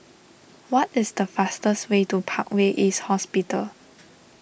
what is the fastest way to Parkway East Hospital